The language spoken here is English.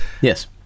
yes